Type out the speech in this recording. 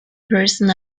person